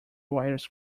wires